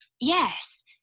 Yes